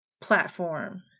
platform